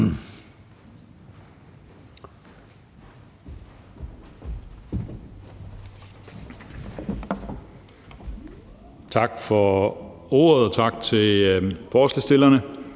Tak for ordet. Tak til forslagsstillerne.